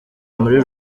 muri